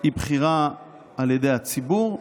היא בחירה על ידי הציבור,